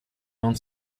non